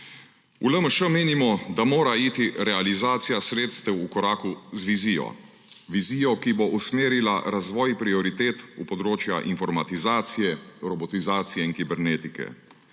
V LMŠ menimo, da mora iti realizacija sredstev v koraku z vizijo, vizijo, ki bo usmerila razvoj prioritet v področja informatizacije, robotizacije in kibernetike.